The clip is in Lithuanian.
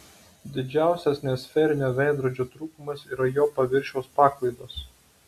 didžiausias nesferinio veidrodžio trūkumas yra jo paviršiaus paklaidos